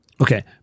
Okay